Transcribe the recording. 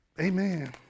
Amen